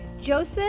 Joseph